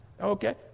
Okay